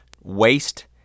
waste